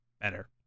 better